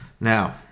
Now